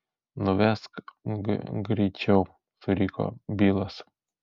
nuvesk g greičiau suriko bilas